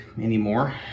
anymore